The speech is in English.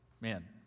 man